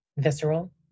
visceral